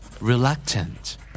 Reluctant